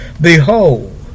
Behold